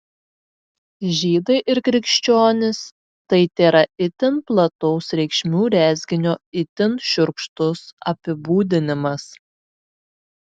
žydai ir krikščionys tai tėra itin plataus reikšmių rezginio itin šiurkštus apibūdinimas